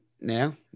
now